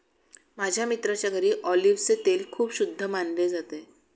माझ्या मित्राच्या घरी ऑलिव्हचे तेल खूप शुद्ध मानले जाते